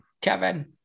kevin